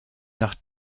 nach